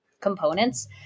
components